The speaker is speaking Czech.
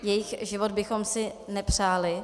Jejich život bychom si nepřáli.